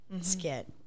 skit